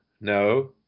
No